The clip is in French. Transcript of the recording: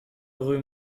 rue